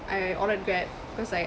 I ordered Grab cause like